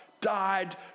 died